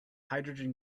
hydrogen